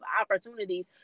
opportunities